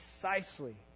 precisely